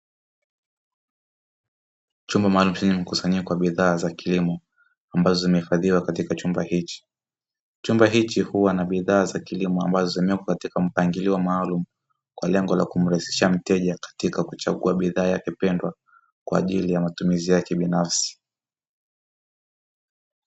Chumba maalumu chenye mkusanyiko wa bidhaa za kilimo, ambazo zimehifadhiwa katika chumba hichi; chumba hichi huwa na bidhaa za kilimo ambazo zimewekwa katika mpangilio maalumu, kwa lengo la kumrahisishia mteja katika kuchagua bidhaa yake pendwa kwa ajili ya matumizi yake binafsi.